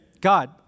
God